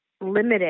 limited